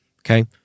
Okay